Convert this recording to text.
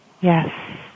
Yes